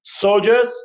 soldiers